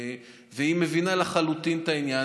והיא מבינה לחלוטין את העניין,